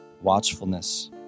watchfulness